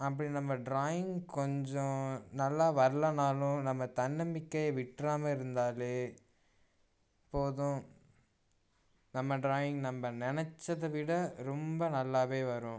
அப்படி நம்ம ட்ராயிங் கொஞ்சம் நல்லா வரயலனாலும் நம்ம தன்னபிக்கையை விற்றமா இருந்தாலே போதும் நம்ம ட்ராயிங் நம்ம நினச்சத விட ரொம்ப நல்லாவே வரும்